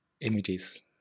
images